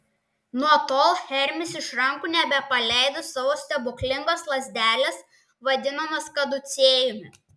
nuo tol hermis iš rankų nebepaleido savo stebuklingos lazdelės vadinamos kaducėjumi